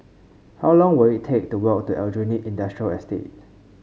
how long will it take to walk to Aljunied Industrial Estate